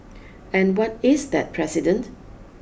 and what is that precedent